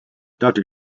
doctor